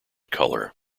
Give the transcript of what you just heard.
color